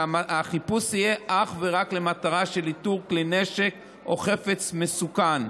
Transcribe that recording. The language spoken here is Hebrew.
שהחיפוש יהיה אך ורק למטרה של איתור כלי נשק או חפץ מסוכן,